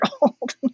old